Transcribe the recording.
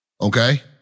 okay